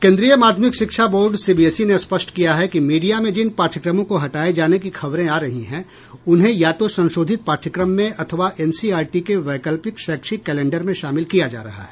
केंद्रीय माध्यमिक शिक्षा बोर्ड सीबीएसई ने स्पष्ट किया है कि मीडिया में जिन पाठ्यक्रमों को हटाए जाने की खबरें आ रही हैं उन्हें या तो संशोधित पाठ्यक्रम में अथवा एनसीईआरटी के वैकल्पिक शैक्षिक कैलेंडर में शामिल किया जा रहा है